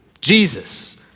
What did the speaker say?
Jesus